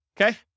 Okay